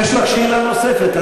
יש לך שאלה נוספת,